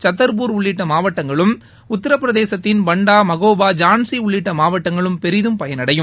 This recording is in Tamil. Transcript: சத்தர்புர் உள்ளிட்ட மாவட்டங்களும் உத்தரபிரதேசத்தின் பண்டா மகோபா ஜான்சி உள்ளிட்ட மாவட்டங்களும் பெரிதும் பயனடையும்